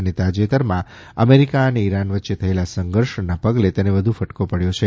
અને તાજેતરમાં અમેરીકા અને ઈરાન વચ્ચે થયેલા સંધર્ષના પગલે તેને વધુ ફટકો પડ્યો છે